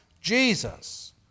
Jesus